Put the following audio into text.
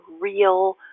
real